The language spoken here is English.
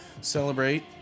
celebrate